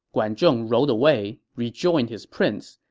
guan zhong rode away, rejoined his prince,